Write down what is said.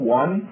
one